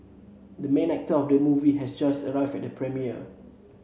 the main actor of the movie has just arrived at the premiere